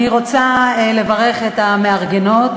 אני רוצה לברך את המארגנות,